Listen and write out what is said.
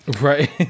Right